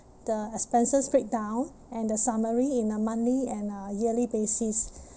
the expenses breakdown and the summary in a monthly and a yearly basis